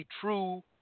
true